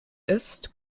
ist